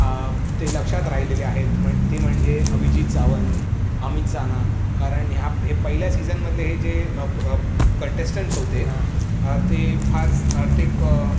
ते लक्षात राहिलेले आहेत म्हण ते म्हणजे अभिजित सावंत अमित साना कारण ह्या हे पहिल्या सीझनमधले हे जे कंटेस्टंट्स होते ते फार ते क